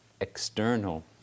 external